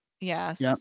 Yes